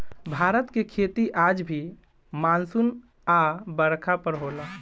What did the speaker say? भारत के खेती आज भी मानसून आ बरखा पर होला